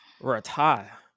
retire